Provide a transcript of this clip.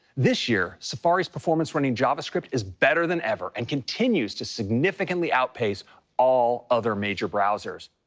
this year, safari's performance running javascript is better than ever and continues to significantly outpace all other major browsers.